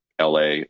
LA